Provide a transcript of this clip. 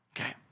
okay